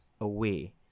away